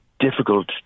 Difficult